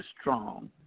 strong